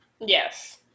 Yes